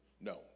No